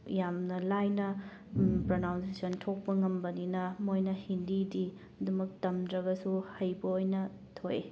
ꯌꯥꯝꯅ ꯂꯥꯏꯅ ꯄ꯭ꯔꯅꯥꯎꯟꯁꯦꯁꯟ ꯊꯣꯛꯄ ꯉꯝꯕꯅꯤꯅ ꯃꯣꯏꯅ ꯍꯤꯟꯗꯤꯗꯤ ꯑꯗꯨꯃꯛ ꯇꯝꯗ꯭ꯔꯒꯁꯨ ꯍꯩꯕ ꯑꯣꯏꯅ ꯊꯣꯛꯏ